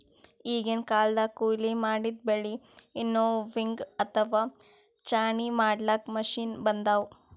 ಈಗಿನ್ ಕಾಲ್ದಗ್ ಕೊಯ್ಲಿ ಮಾಡಿದ್ದ್ ಬೆಳಿ ವಿನ್ನೋವಿಂಗ್ ಅಥವಾ ಛಾಣಿ ಮಾಡ್ಲಾಕ್ಕ್ ಮಷಿನ್ ಬಂದವ್